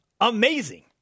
amazing